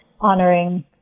honoring